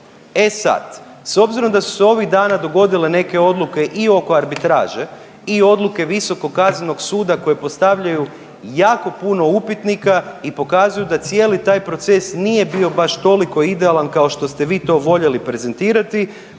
E sad, s obzirom da su se ovih dana dogodile neke odluke i oko arbitraže i odluke Visokog kaznenog suda koje postavljaju jako puno upitnika i pokazuju da cijeli taj proces nije bio baš toliko idealan kao što ste vi to voljeli prezentirati,